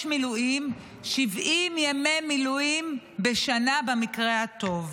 מילואים 70 ימי מילואים בשנה במקרה הטוב.